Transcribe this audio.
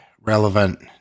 relevant